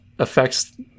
affects